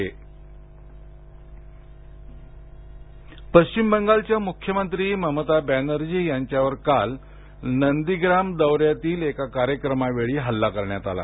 ममता बॅनर्जी हल्ला पश्चिम बंगालच्या मुख्यमंत्री ममता ब्यानर्जी यांच्यावर काल नंदीग्राम दौऱ्यातील एका कार्यक्रमावेळी हल्ला करण्यात आला